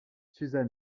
susan